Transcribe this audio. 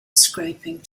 scraping